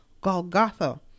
Golgotha